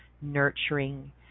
nurturing